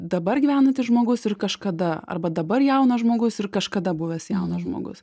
dabar gyvenantis žmogus ir kažkada arba dabar jaunas žmogus ir kažkada buvęs jaunas žmogus